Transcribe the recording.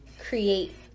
create